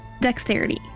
Dexterity